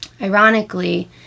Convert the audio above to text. Ironically